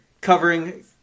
covering